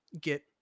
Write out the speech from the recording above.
get